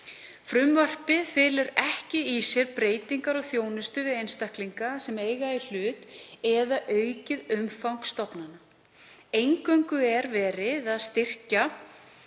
Frumvarpið felur ekki í sér breytingar á þjónustu við einstaklinga sem eiga í hlut eða aukið umfang stofnanna. Eingöngu er verið að styrkja